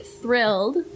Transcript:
thrilled